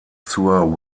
zur